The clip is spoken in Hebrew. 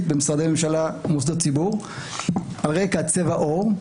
במשרדי ממשלה ומוסדות ציבור על רקע צבע עור,